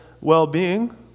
well-being